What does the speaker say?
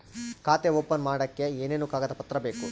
ಖಾತೆ ಓಪನ್ ಮಾಡಕ್ಕೆ ಏನೇನು ಕಾಗದ ಪತ್ರ ಬೇಕು?